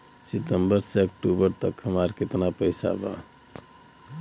सितंबर से अक्टूबर तक हमार कितना पैसा बा?